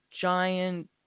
giant